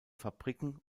fabriken